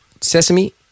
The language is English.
sesame